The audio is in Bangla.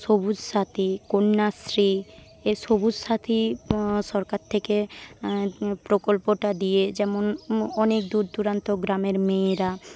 সবুজ সাথী কন্যাশ্রী এই সবুজ সাথী সরকার থেকে প্রকল্পটা দিয়ে যেমন অনেক দূরদুরান্ত গ্রামের মেয়েরা